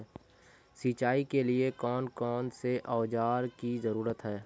सिंचाई के लिए कौन कौन से औजार की जरूरत है?